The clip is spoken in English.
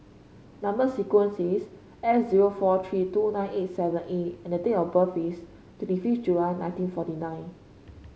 number sequence is S zero four three two nine eight seven A and the date of birth is twenty fifth July nineteen forty nine